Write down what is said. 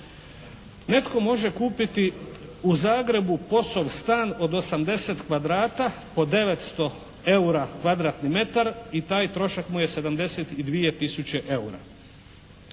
"Netko može kupiti u Zagrebu POS-ov stan od 80 kvadrata po 900 EUR-a kvadratni metar i taj trošak mu je 72 tisuće EUR-a".